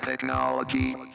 Technology